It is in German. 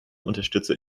unterstütze